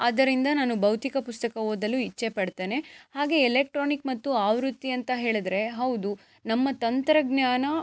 ಆದ್ದರಿಂದ ನಾನು ಭೌತಿಕ ಪುಸ್ತಕ ಓದಲು ಇಚ್ಛೆಪಡ್ತೇನೆ ಹಾಗೇ ಎಲೆಕ್ಟ್ರಾನಿಕ್ ಮತ್ತು ಆವೃತ್ತಿ ಅಂತ ಹೇಳಿದ್ರೆ ಹೌದು ನಮ್ಮ ತಂತ್ರಜ್ಞಾನ